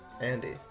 Andy